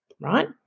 right